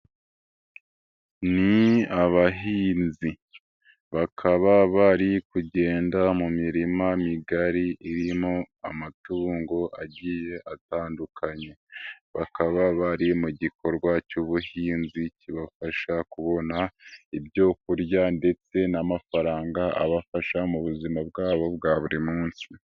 Ni abahinzi bakaba bari kugenda mu mirima migari irimo amatungo agiye atandukanye, bakaba bari mu gikorwa cy'ubuhinzi kibafasha kubona ibyo kurya ndetse n'amafaranga abafasha mu buzima bwabo bwa buri munsi.